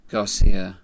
Garcia